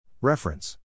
Reference